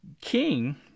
king